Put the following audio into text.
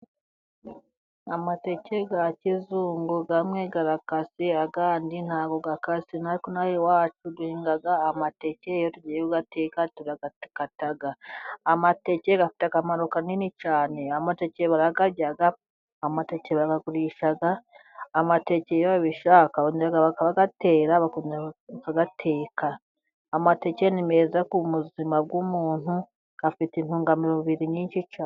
Amateke ya kizungu, amwe arakase, ayandi ntabwo akase, natwe hano iwacu duhinga amateke, iyo tugiye kuyateka turarayakata. Amateke afite akamaro kanini cyane, amateke barayarya, amateke barayagurisha. Amateke iyo bayashaka barongera bakayatera, bakongera bakayateka. Amateke ni meza ku buzima bw'umuntu, afite intungamubiri nyinshi cya...